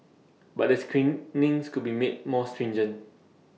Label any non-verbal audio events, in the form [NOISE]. but the screen [UNINTELLIGIBLE] could be made more stringent